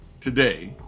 Today